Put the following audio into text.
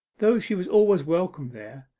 though she was always welcome there,